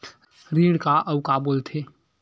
ऋण का अउ का बोल थे?